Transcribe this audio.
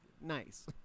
nice